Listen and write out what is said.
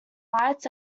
lights